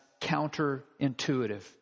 counterintuitive